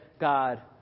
God